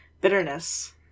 bitterness